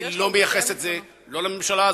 אני לא מייחס את זה, לא לממשלה הזאת,